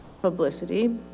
publicity